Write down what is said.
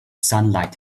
sunlight